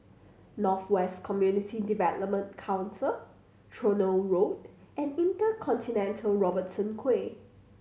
North West Community Development Council Tronoh Road and InterContinental Robertson Quay